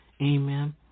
Amen